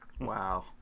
wow